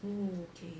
oo okay